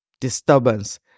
disturbance